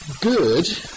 good